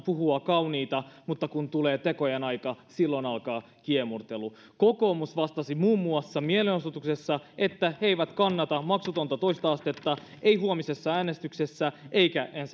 puhua kauniita mutta kun tulee tekojen aika silloin alkaa kiemurtelu kokoomus vastasi muun muassa mielenosoituksessa että he eivät kannata maksutonta toista astetta eivät huomisessa äänestyksessä eivätkä